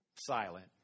silent